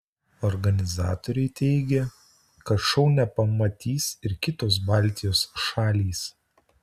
organizatoriai teigia kad šou nepamatys ir kitos baltijos šalys